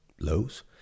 lows